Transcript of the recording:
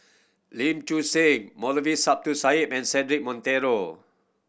Leen Choo Seng Moulavi Sahib and Cedric Monteiro